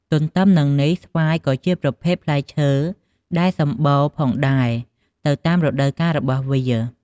ទន្ទឹមនឹងនេះស្វាយក៏ជាប្រភេទផ្លែឈើដែរសម្បូរផងដែរទៅតាមរដូវការរបស់វា។